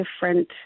different